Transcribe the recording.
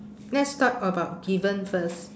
let's talk about given first